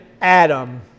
Adam